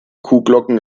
kuhglocken